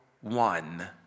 one